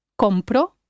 Compro